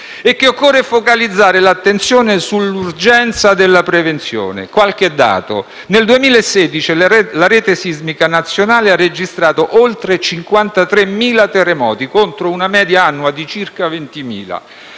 e che occorre focalizzare l'attenzione sull'urgenza della prevenzione. Qualche dato: nel 2016 la rete sismica nazionale ha registrato oltre 53.000 terremoti contro una media annua di circa 20.000;